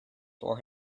for